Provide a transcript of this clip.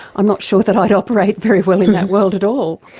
i'm not sure that i'd operate very well in that world at all.